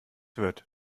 wird